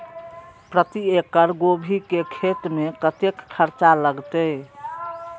प्रति एकड़ गोभी के खेत में कतेक खर्चा लगते?